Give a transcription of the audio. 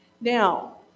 Now